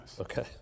Okay